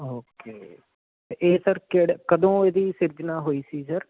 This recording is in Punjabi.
ਓਕੇ ਇਹ ਸਰ ਕਿਹ ਕਦੋਂ ਇਹਦੀ ਸਿਰਜਣਾ ਹੋਈ ਸੀ ਸਰ